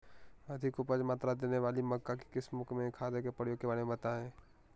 अधिक उपज मात्रा देने वाली मक्का की किस्मों में खादों के प्रयोग के बारे में बताएं?